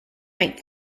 right